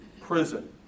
prison